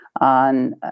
on